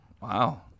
Wow